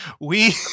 we-